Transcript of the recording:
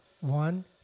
one